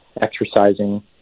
exercising